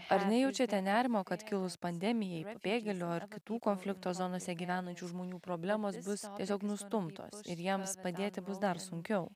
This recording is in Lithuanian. ar nejaučiate nerimo kad kilus pandemijai pabėgėlių ar kitų konflikto zonose gyvenančių žmonių problemos bus tiesiog nustumtos ir jiems padėti bus dar sunkiau